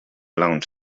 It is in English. launch